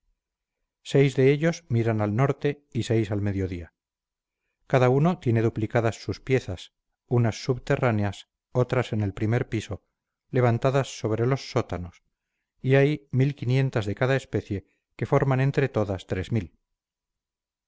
seis de ellos miran al norte y seis al mediodía cada uno tiene duplicadas sus piezas unas subterráneas otras en el primer piso levantadas sobre los sótanos y hay de cada especie que forman entre todas las